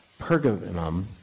Pergamum